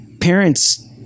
parents